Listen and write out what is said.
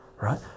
right